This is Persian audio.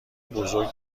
بزرگ